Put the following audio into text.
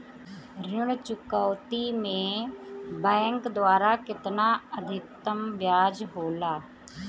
ऋण चुकौती में बैंक द्वारा केतना अधीक्तम ब्याज होला?